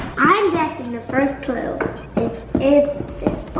i'm guessing the first clue is in